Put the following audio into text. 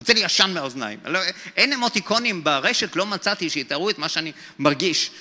יוצא לי עשן מהאוזניים, אנ'לא... אין אמותיקונים ברשת, לא מצאתי, שיתראו את מה שאני מרגיש